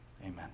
Amen